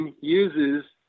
uses